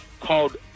called